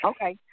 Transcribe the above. Okay